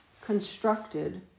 constructed